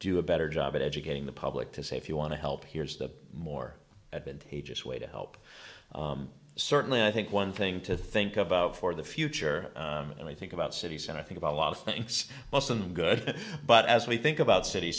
do a better job of educating the public to say if you want to help here's the more advantageous way to help certainly i think one thing to think about for the future and i think about cities and i think about a lot of things less than good but as we think about city